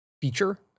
feature